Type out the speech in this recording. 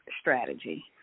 strategy